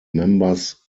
members